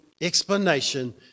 explanation